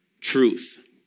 truth